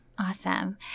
Awesome